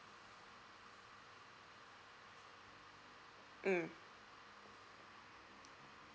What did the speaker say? mm